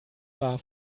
war